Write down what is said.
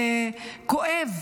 וכואב,